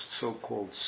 so-called